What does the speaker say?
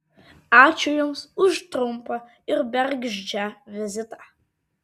ačiū jums už trumpą ir bergždžią vizitą